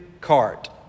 cart